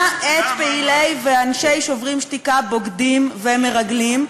ישב השר יריב לוין וכינה את פעילי ואנשי "שוברים שתיקה" בוגדים ומרגלים,